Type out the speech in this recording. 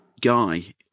guy